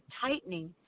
tightening